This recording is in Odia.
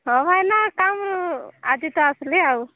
ହଁ ଭାଇନା କାମ ଆଜି ତ ଆସିଲି ଆଉ